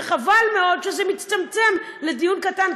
וחבל מאוד שזה מצטמצם לדיון קטן,